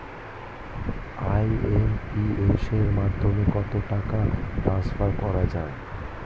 IMPS এর মাধ্যমে কত টাকা ট্রান্সফার করা যায়?